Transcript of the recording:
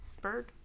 bird